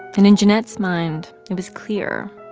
and in jennet's mind, it was clear.